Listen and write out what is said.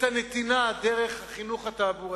את הנתינה, דרך החינוך התעבורתי,